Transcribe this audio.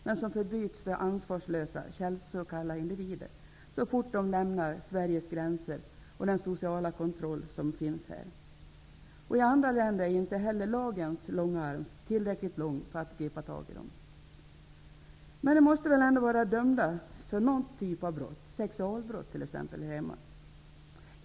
Men de förbyts till ansvarslösa, känslokalla individer så fort de lämnar Sveriges gränser och den sociala kontroll som finns här. I andra länder är inte heller lagens långa arm tillräckligt lång för att gripa tag i dem. Men de måste väl ändå vara dömda för någon typ av brott, sexualbrott t.ex., här hemma?